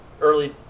early